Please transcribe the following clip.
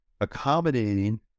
accommodating